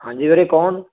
ਹਾਂਜੀ ਵੀਰੇ ਕੌਣ